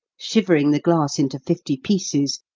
shivering the glass into fifty pieces,